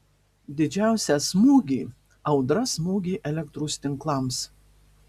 didžiausią smūgį audra smogė elektros tinklams